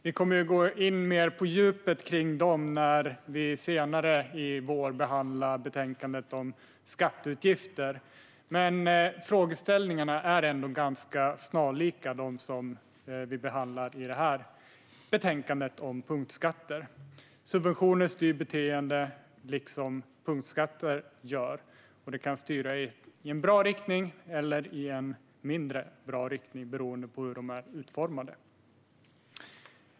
Vi kommer att gå in mer på djupet på dem när vi senare i vår behandlar betänkandet om skatteutgifter, men frågeställningarna är ganska snarlika dem som vi behandlar i detta betänkande om punktskatter. Subventioner styr beteenden, liksom punktskatter. De kan styra i en bra eller en mindre bra riktning, beroende på hur de är utformade.